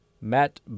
matt